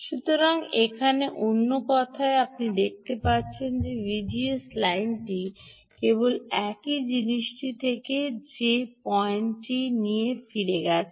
সুতরাং এখানে অন্য কথায় আপনি দেখতে পাচ্ছেন ভিজিএস লাইনটি কেবল একই জিনিসটি থেকে গেছে যে পয়েন্টটি ফিরে গেছে